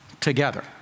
together